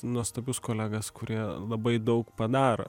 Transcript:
nuostabius kolegas kurie labai daug padaro